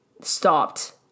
stopped